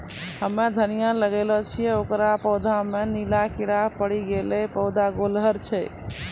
हम्मे धनिया लगैलो छियै ओकर पौधा मे नीला कीड़ा लागी गैलै पौधा गैलरहल छै?